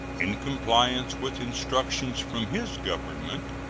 in compliance with instructions from his government,